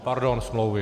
Pardon, smlouvy.